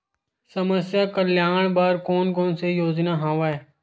समस्या कल्याण बर कोन कोन से योजना हवय?